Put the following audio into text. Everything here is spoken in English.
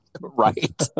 Right